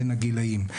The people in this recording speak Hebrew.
בנושא.